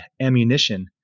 ammunition